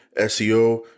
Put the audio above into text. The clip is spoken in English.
SEO